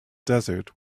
desert